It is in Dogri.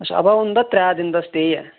अच्छा अवा उंदा त्रै दिन दा स्टे ऐ